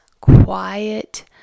quiet